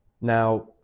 Now